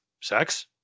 sex